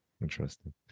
Interesting